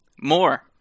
more